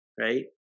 right